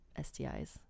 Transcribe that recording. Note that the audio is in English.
STIs